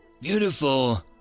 beautiful